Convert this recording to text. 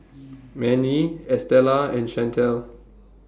Mannie Estela and Shantel